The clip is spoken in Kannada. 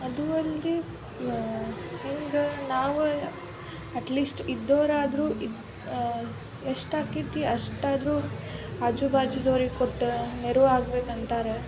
ಅದೂ ಅಲ್ದೆ ಹಿಂಗೆ ನಾವೇ ಅಟ್ ಲೀಸ್ಟ್ ಇದ್ದೋರಾದರೂ ಇದು ಎಷ್ಟು ಆಕೈತಿ ಅಷ್ಟಾದರೂ ಆಜು ಬಾಜೂದವ್ರಿಗೆ ಕೊಟ್ಟು ನೆರವಾಗ್ಬೇಕಂತಾರೆ